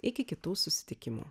iki kitų susitikimų